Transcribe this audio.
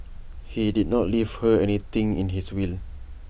he did not leave her anything in his will